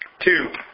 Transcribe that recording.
two